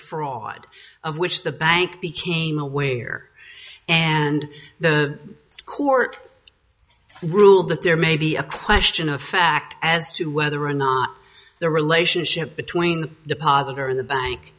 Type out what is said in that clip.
fraud of which the bank became aware and the court rule that there may be a question of fact as to whether or not the relationship between the deposit or the bank